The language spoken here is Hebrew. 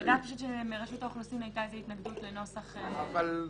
אני יודעת פשוט שמרשות האוכלוסין הייתה איזה התנגדות לנוסח הקיים.